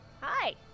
Hi